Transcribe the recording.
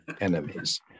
enemies